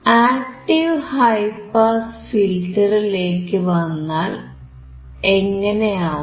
active high pass ഫിൽറ്ററിലേക്കു വന്നാൽ എങ്ങനെയാവും